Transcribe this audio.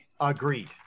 Agreed